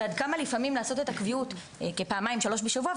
ועד כמה לפעמים לעשות את הקביעות כפעמיים-שלוש בשבוע,